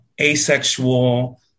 asexual